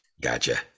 Gotcha